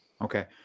Okay